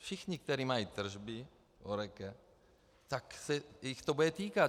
Všichni, kteří mají tržby, tak se jich to bude týkat.